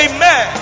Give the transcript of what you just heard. Amen